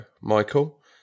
Michael